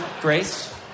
Grace